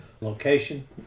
location